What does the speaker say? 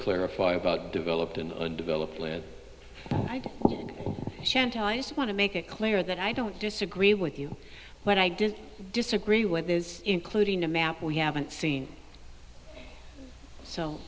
clarify about developed an undeveloped land shan't i just want to make it clear that i don't disagree with you but i just disagree with including the map we haven't seen so